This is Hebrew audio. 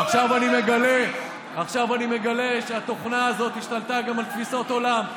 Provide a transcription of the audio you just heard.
עכשיו אני מגלה שהתוכנה הזאת השתלטה גם על תפיסות עולם,